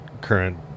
current